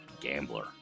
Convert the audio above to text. Gambler